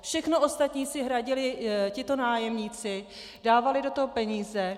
Všechno ostatní si hradili tito nájemníci, dávali do toho peníze.